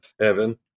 Evan